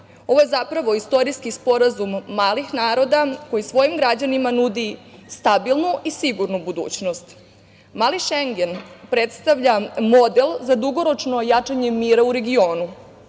Ovo je zapravo istorijski sporazum malih naroda koji svojim građanima nudi stabilnu i sigurnu budućnost. Mali Šengen, predstavlja model za dugoročno jačanje mira u regionu.